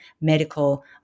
medical